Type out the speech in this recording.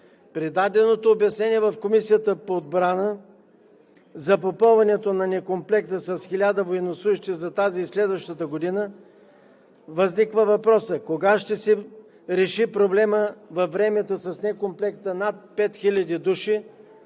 При даденото обяснение в Комисията по отбрана за попълването на некомплекта с 1000 военнослужещи за тази и следващата година възниква въпросът: кога ще се реши проблемът във времето с некомплекта над 5000 души,